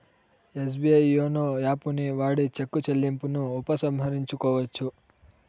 SBI YONO యాపుని వాడి cheque చెల్లింపును ఉపసంహరించుకోవచ్చు